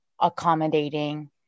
accommodating